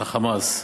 את ה"חמאס",